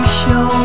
show